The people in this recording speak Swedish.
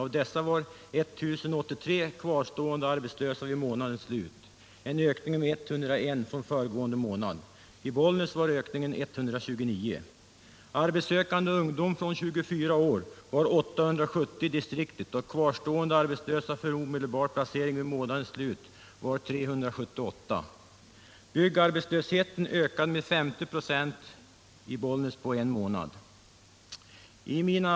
Av dessa var 1083 kvarstående arbetslösa vid månadens slut — en ökning med 101 från föregående månad. I Bollnäs var ökningen 129. Antalet arbetssökande ungdomar från 24 år var 870 i distriktet, och antalet kvarstående arbetslösa ungdomar för omedelbar placering vid månadens slut var 378. Byggarbetslösheten ökade med 50 96 på en månad i Bollnäs.